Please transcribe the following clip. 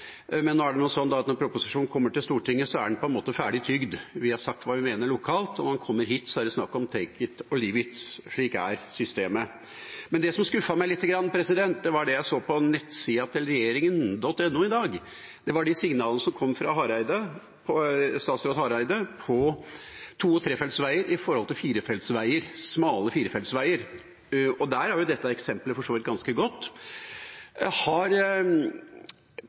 men det er nå sånn at når proposisjonen kommer til Stortinget, er den på en måte ferdig tygd. Vi har sagt hva vi mener lokalt, og når den kommer hit, er det snakk om «take it or leave it» – slik er systemet. Men det som skuffet meg lite grann, var noe jeg så på nettsida regjeringen.no i dag. Det var de signalene som kom fra statsråd Hareide om to- og trefeltsveier i forhold til firefeltsveier, smale firefeltsveier. Der er dette eksemplet for så vidt ganske godt. Har